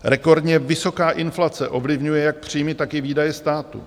Rekordně vysoká inflace ovlivňuje jak příjmy, tak i výdaje státu.